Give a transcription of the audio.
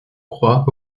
croit